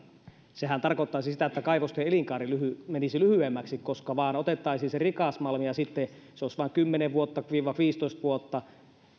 sehän tarkoittaisi sitä että kaivosten elinkaari menisi lyhyemmäksi koska otettaisiin vain se rikas malmi se olisi kymmenen viiva viisitoista vuotta